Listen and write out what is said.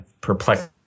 perplexed